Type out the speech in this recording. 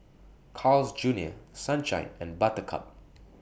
Carl's Junior Sunshine and Buttercup